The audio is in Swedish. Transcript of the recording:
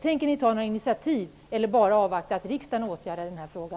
Tänker ni ta några initiativ eller avvakta att riksdagen åtgärdar denna fråga?